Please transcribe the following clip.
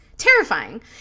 terrifying